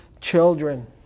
children